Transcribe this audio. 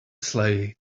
slade